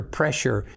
pressure